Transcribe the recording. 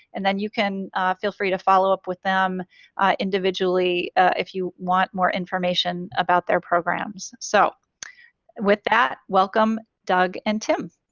and then you can feel free to follow up with them individually if you want more information about their programs. so with that welcome doug and tim.